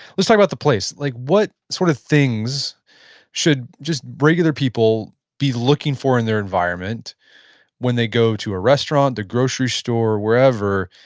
let's talk about the place. like what sort of things should just regular people be looking for in their environment when they to a restaurant, the grocery store, wherever,